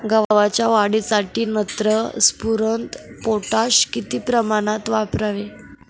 गव्हाच्या वाढीसाठी नत्र, स्फुरद, पोटॅश किती प्रमाणात वापरावे?